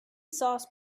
sauce